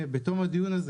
בתום הדיון הזה,